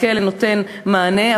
הכלא נותן מענה,